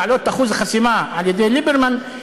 על-ידי ליברמן,